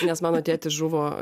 nes mano tėtis žuvo